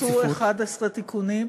נעשו 11 תיקונים.